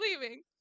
leaving